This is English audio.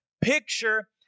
picture